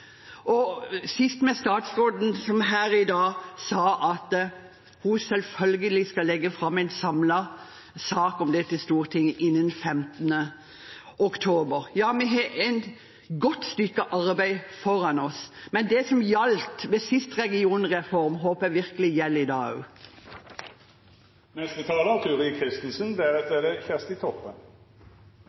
sist fra statsråden, som her i dag sa at hun selvfølgelig skal legge fram en samlet sak om dette til Stortinget innen 15. oktober. Ja, vi har et godt stykke arbeid foran oss. Men det som gjaldt ved den siste regionreformen, håper jeg virkelig gjelder i dag